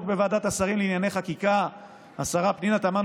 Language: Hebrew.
בוועדת השרים לענייני חקיקה ולשרה פנינה תמנו,